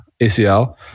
ACL